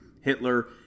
Hitler